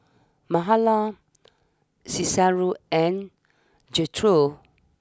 Mahala Cicero and Gertrude